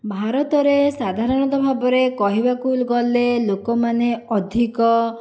ଭାରତରେ ସାଧାରଣତଃ ଭାବରେ କହିବାକୁ ଗଲେ ଲୋକମାନେ ଅଧିକ